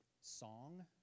song